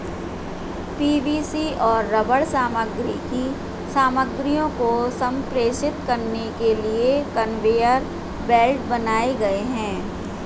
PVC और rubber सामग्री की सामग्रियों को संप्रेषित करने के लिए कन्वेयर बेल्ट बनाए गए हैं